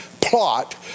plot